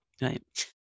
right